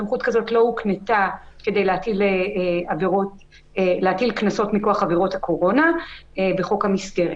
סמכות כזאת לא הוקנתה כדי להטיל קנסות מכוח עבירות הקורונה בחוק המסגרת.